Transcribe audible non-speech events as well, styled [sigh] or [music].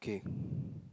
okay [breath]